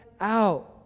out